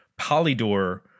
Polydor